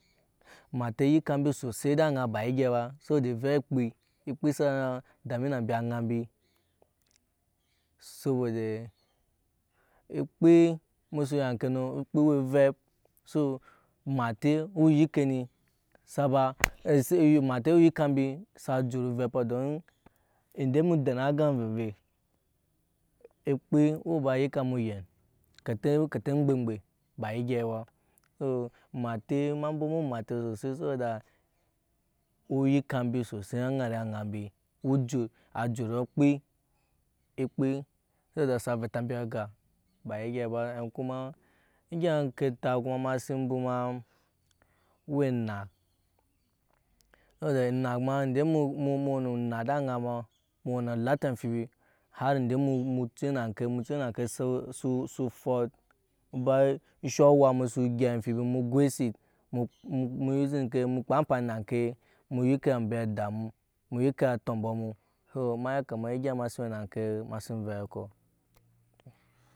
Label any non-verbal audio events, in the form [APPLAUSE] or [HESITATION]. Matɛ yika mii susui da ana subo do ove kpi ekpi sana dami na bii ana bi sobo de akpi muso ya kenu okpi wo vep so mate uyike ni saba [HESITATION] ese mate uyika embi sa jauro ovepo dom ede mu dena aga vevei ekpi oba yika mu yen kete-kete gbe-gbe ba gyi ba su mate ma broma matɛ susui sudat uyika embi susui a nera ana bi ujut a jura okpi ekpi suze sa vota bi aga ba egya ba en koma egya ketat ko ma mase broma uwa enak ma edɛ latɛ amfibi ahar ede mu ciyir na ke-mu ciyir na ke so su-su fot gaiset mu-muusing ke mu kpa amfani mu yike ambe ada mu-mu yike atombo mu so maya kama egya mase ya mase wena oŋke mase ve ko [NOISE]